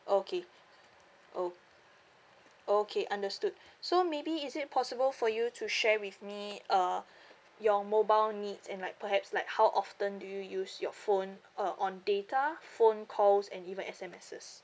okay o~ okay understood so maybe is it possible for you to share with me uh your mobile needs and like perhaps like how often do you use your phone uh on data phone calls and even S_M_Ss